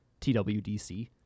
TWDC